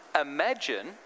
imagine